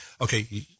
okay